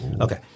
Okay